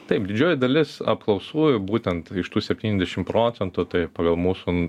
taip didžioji dalis apklaustųjų būtent iš tų septyniasdešim procentų tai pagal mūsų